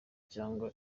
cyangwa